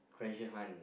treasure hunt